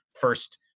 first